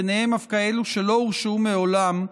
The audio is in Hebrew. ובהם אף כאלה שלא הורשעו מעולם,